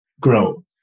grow